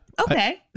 Okay